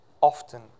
often